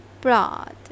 Broad